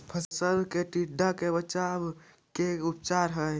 फ़सल के टिड्डा से बचाव के का उपचार है?